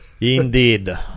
Indeed